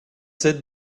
sept